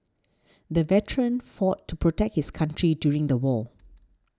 the veteran fought to protect his country during the war